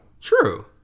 True